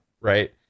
right